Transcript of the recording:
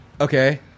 Okay